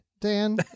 dan